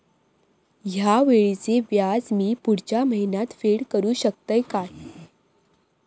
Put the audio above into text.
हया वेळीचे व्याज मी पुढच्या महिन्यात फेड करू शकतय काय?